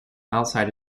outside